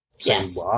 Yes